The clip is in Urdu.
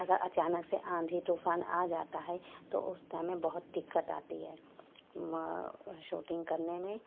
اگر اچانک سے آندھی طوفان آ جاتا ہے تو اس سمے بہت دقت آتی ہے شوٹنگ کرنے میں